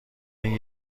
این